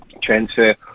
transfer